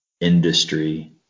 industry